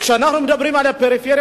כשאנחנו מדברים על הפריפריה,